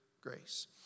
grace